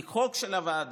כי חוק של הוועדה,